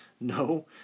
no